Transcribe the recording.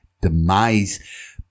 demise